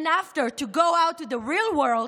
and after to go out to the real world,